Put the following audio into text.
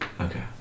Okay